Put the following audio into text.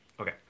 okay